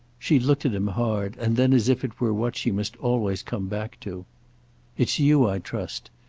she looked at him hard, and then as if it were what she must always come back to it's you i trust.